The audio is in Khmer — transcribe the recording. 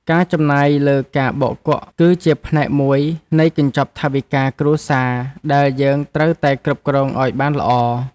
ការចំណាយលើការបោកគក់ គឺជាផ្នែកមួយនៃកញ្ចប់ថវិកាគ្រួសារដែលយើងត្រូវតែគ្រប់គ្រងឱ្យបានល្អ។